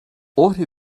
ohri